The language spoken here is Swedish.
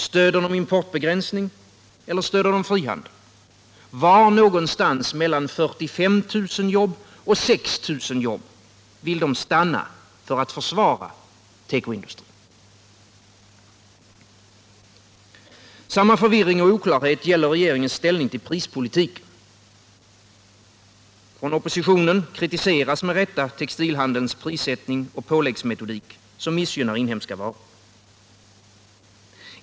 Stöder de importbegränsning, eller stöder de frihandeln? Var någonstans mellan 45 000 och 6 000 jobb vill de stanna för att försvara tekoindustrin? Samma förvirring och oklarhet karakteriserar regeringens ställning till prispolitiken. Från oppositionen kritiseras med rätta textilhandelns prissättning och påläggsmetodik, som missgynnar inhemska varor.